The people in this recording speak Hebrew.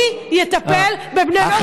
מי יטפל בבני הנוער?